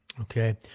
Okay